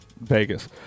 vegas